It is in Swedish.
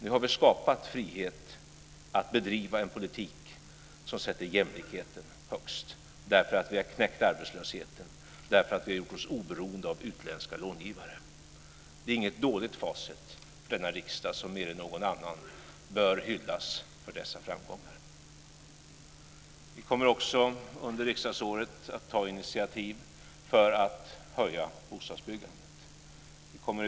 Nu har vi skapat frihet att bedriva en politik som sätter jämlikheten högst därför att vi har knäckt arbetslösheten och gjort oss oberoende av utländska långivare. Det är inget dåligt facit för denna riksdag som mer än någon annan bör hyllas för dessa framgångar. Under riksdagsåret kommer vi också att ta initiativ för att höja bostadsbyggandet.